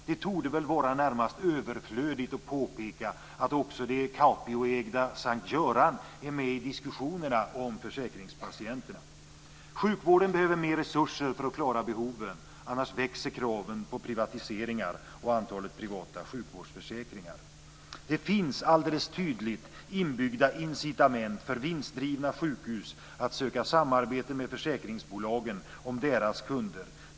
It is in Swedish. Det torde vara närmast överflödigt att påpeka att också det Capioägda S:t Göran är med i diskussionerna om försäkringspatienterna. Sjukvården behöver mer resurser för att klara behoven - annars växer kraven på privatiseringar och antalet privata sjukvårdsförsäkringar. Det finns alldeles tydligt inbyggda incitament för vinstdrivna sjukhus att söka samarbete med försäkringsbolagen om deras kunder.